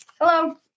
Hello